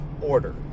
order